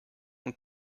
und